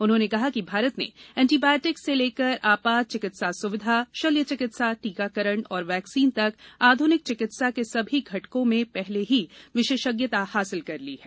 उन्होंने कहा कि भारत ने एंटीबायोटिक्स से लेकर आपात चिकित्सा सुविधा शल्य चिकित्सा टीकाकरण और वैक्सीन तक आध्रनिक चिकित्सा के सभी घटकों में पहले ही विशेषज्ञता हासिल कर ली है